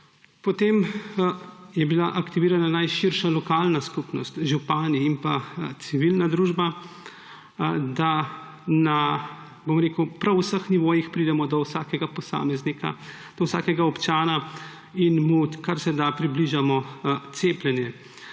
Potem je bila aktivirana najširša lokalna skupnost, župani in pa civilna družba, da na prav vseh nivojih pridemo do vsakega posameznika, do vsakega občana in mu karseda približamo cepljenje.